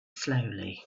slowly